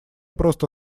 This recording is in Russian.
просто